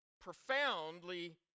profoundly